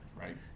Right